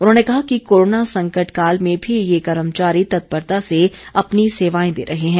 उन्होंने कहा कि कोरोना संकट काल में भी ये कर्मचारी तत्परता से अपनी सेवाएं दे रहे हैं